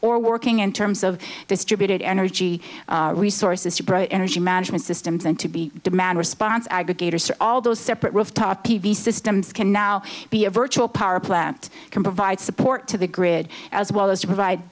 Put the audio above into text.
or working in terms of distributed energy resources to energy management systems and to be demand response aggregators or all those separate rooftop p v systems can now be a virtual power plant can provide support to the grid as well as to provide